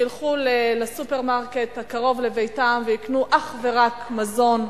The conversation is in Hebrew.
שילכו לסופרמרקט הקרוב לביתם ויקנו אך ורק מזון,